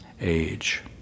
age